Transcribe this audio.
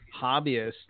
hobbyists